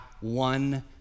one